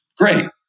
great